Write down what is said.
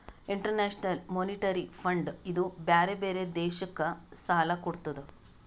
international monetary fund ಇದೂ ಬ್ಯಾರೆ ಬ್ಯಾರೆ ದೇಶಕ್ ಸಾಲಾ ಕೊಡ್ತುದ್